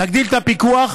נגדיל את הפיקוח.